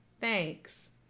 thanks